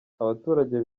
abaturage